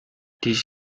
this